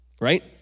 right